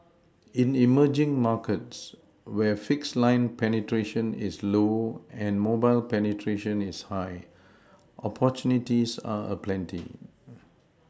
in emerging markets where fixed line penetration is low and mobile penetration is high opportunities are aplenty